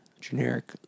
generic